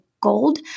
gold